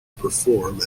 perform